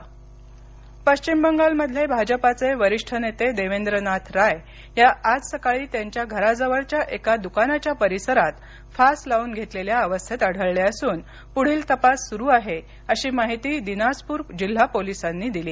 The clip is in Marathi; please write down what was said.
पश्चिम बंगाल हत्या पश्चिम बंगालमधले भाजपाचे वरीष्ठ नेते देवेंद्रनाथ राय आज सकाळी त्यांच्या घराजवळच्या एका दुकानाच्या परिसरात फास लावून घेतलेल्या अवस्थेत आढळले असून पुढील तपास सुरू आहे अशी माहिती दिनाजपूर जिल्हा पोलिसांनी दिली